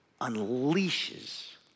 unleashes